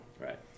Right